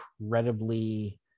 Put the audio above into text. incredibly